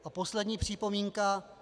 A poslední připomínka.